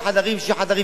שישה חדרים ומעלה,